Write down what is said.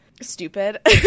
stupid